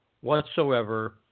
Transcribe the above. whatsoever